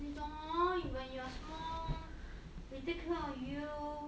你懂 hor when you are small we take care of you